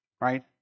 right